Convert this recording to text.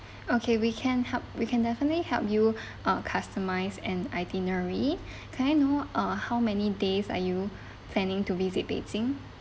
okay we can help we can definitely help you uh customised an itinerary can I know uh how many days are you planning to visit beijing